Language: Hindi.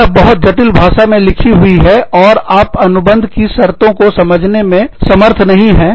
यह बहुत जटिल भाषा में लिखी हुई है और आप अनुबंध की शर्तों को समझने में समर्थ नहीं है